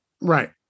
Right